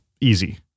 easy